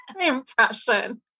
impression